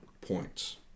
points